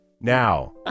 Now